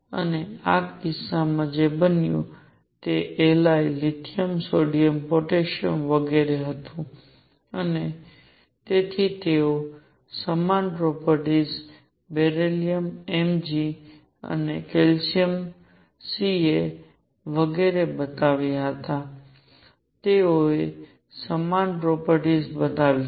અને આ કિસ્સામાં જે બન્યું તે Li લિથિયમ સોડિયમ પોટેશિયમ વગેરે હતું અને તેથી તેઓએ સમાન પ્રોપર્ટીસ બેરિલિયમ Mg અને કેલ્શિયમ વગેરે બતાવ્યા હતા તેઓએ સમાન પ્રોપર્ટીસ બતાવી હતી